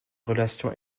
relations